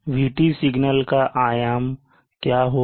VT signal का आयाम क्या होगा